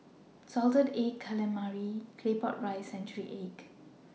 Salted Egg Calamari Claypot Rice and Century Egg